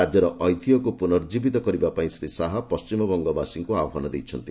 ରାଜ୍ୟର ଐତିହ୍ୟକ୍ ପ୍ରର୍ନକୀବିତ କରିବା ପାଇଁ ଶ୍ରୀ ଶାହା ପଣ୍ଢିମବଙ୍ଗ ବାସୀଙ୍କ ଆହ୍ୱାନ ଦେଇଛନ୍ତି